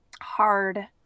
hard